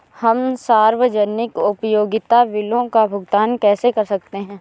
हम सार्वजनिक उपयोगिता बिलों का भुगतान कैसे कर सकते हैं?